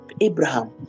Abraham